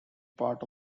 part